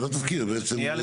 זה לא תזכיר בעצם.